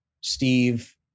Steve